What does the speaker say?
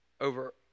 over